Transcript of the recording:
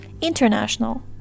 international